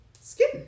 skin